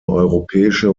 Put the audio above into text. europäische